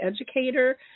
educator